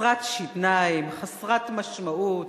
חסרת שיניים, חסרת משמעות.